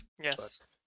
Yes